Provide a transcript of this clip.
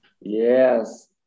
Yes